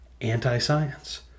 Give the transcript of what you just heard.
anti-science